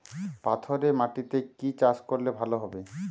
পাথরে মাটিতে কি চাষ করলে ভালো হবে?